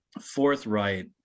forthright